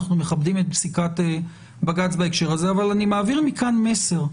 אנחנו מכבדים את פסיקת בג"ץ בהקשר הזה אבל אני מעביר מכאן מסר.